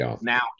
now